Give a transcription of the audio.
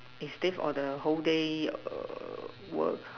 is stay the whole day err work